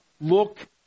look